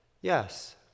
Yes